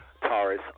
Taurus